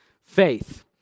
faith